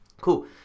Cool